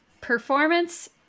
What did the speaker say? performance